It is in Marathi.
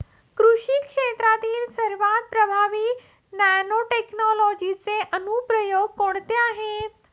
कृषी क्षेत्रातील सर्वात प्रभावी नॅनोटेक्नॉलॉजीचे अनुप्रयोग कोणते आहेत?